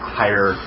higher